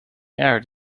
aired